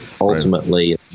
Ultimately